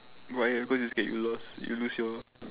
whatever just gets you lost you lose your